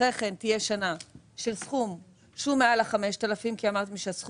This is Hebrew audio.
אחרי כן תהיה שנה של סכום שהוא מעל ה-5,000 --- 25,000.